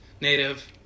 native